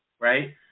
right